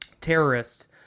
terrorist